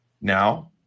Now